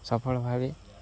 ସଫଳ ଭାବବେ